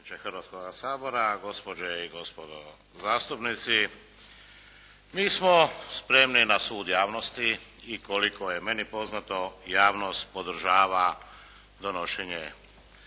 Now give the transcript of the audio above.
Hrvatskoga sabora, gospođe i gospodo zastupnici. Mi smo spremni na sud javnosti i koliko je meni poznato javnost podržava donošenje